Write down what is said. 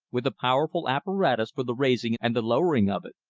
with a powerful apparatus for the raising and the lowering of it.